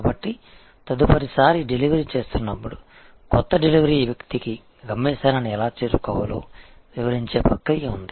కాబట్టి తదుపరిసారి డెలివరీ చేస్తున్నప్పుడు కొత్త డెలివరీ వ్యక్తికి గమ్యస్థానాన్ని ఎలా చేరుకోవాలో వివరించే ప్రక్రియ ఉంది